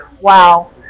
wow